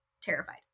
terrified